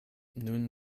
nun